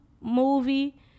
movie